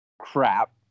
crap